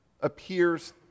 appears